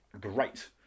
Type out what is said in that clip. great